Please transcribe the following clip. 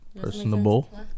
personable